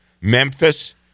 Memphis